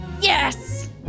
Yes